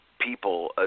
people